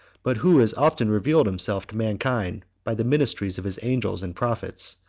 but who has often revealed himself to mankind by the ministry of his angels and prophets,